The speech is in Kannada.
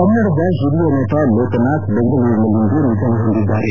ಕನ್ನಡದ ಹಿರಿಯ ನಟ ಲೋಕನಾಥ್ ಅವರು ಬೆಂಗಳೂರಿನಲ್ಲಿಂದು ನಿಧನ ಹೊಂದಿದ್ದಾರೆ